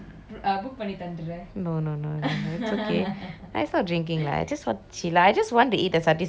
no no no it's okay I stop drinking lah I just I just want to eat the satti soru sorru lah because the